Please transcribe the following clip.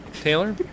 Taylor